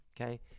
Okay